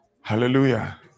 hallelujah